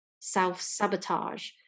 self-sabotage